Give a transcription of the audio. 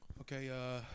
Okay